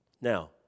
Now